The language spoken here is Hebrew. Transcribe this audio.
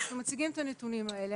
אנחנו מציגים את הנתונים האלה,